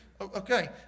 Okay